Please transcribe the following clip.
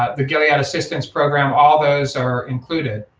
ah the gilead assistance program, all those are included.